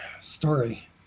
story